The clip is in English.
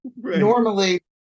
normally